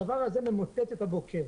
הדבר הזה ממוטט את הבוקר.